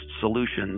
solutions